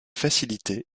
facilitée